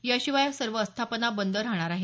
या शिवाय अन्य सर्व आस्थापना बंद राहणार आहेत